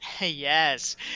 Yes